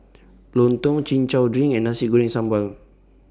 Lontong Chin Chow Drink and Nasi Goreng Sambal